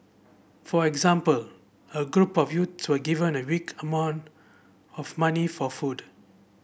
for example a group of youths were given a week amount of money for food